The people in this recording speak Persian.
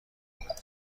کنند